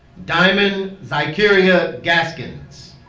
diamond za'kerria gaskins